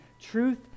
truth